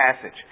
passage